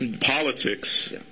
politics